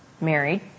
married